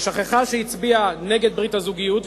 ששכחה שהצביעה נגד ברית הזוגיות,